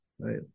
right